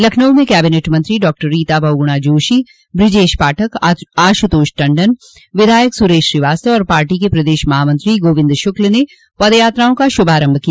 लखनऊ में कैबिनेट मंत्री डॉक्टर रीता बहुगुणा जोशी बृजेश पाठक आशुतोष टंडन विधायक सुरेश श्रीवास्तव और पार्टी के प्रदेश महामंत्री गोविन्द श्र्क्ला ने पदयात्राओं का शुभारम्भ किया